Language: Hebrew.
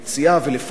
ולפקח,